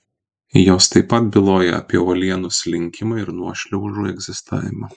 jos taip pat byloja apie uolienų slinkimą ir nuošliaužų egzistavimą